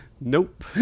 Nope